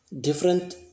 different